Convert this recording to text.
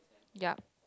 yup